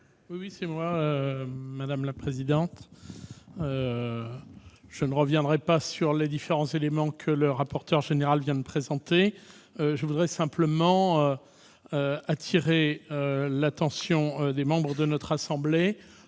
présenter l'amendement n° I-600. Je ne reviendrai pas sur les différents éléments que le rapporteur général vient de présenter. Je veux simplement attirer l'attention des membres de notre assemblée